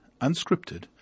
unscripted